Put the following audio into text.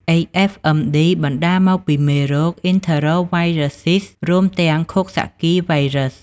HFMD បណ្តាលមកពីមេរោគ អុីនធើរ៉ូវាយរើសសុីស រួមទាំង ឃោកសាក់គីវាយរើស ។